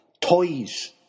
Toys